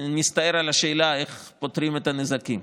נסתער על השאלה איך פותרים את הנזקים.